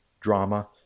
drama